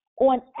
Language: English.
on